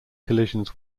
collisions